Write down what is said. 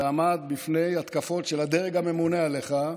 ועמד בפני התקפות של הדרג הממונה עליך,